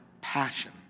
passion